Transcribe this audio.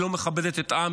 היא לא מכבדת את העם,